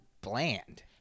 bland